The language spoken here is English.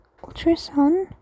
ultrasound